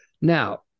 now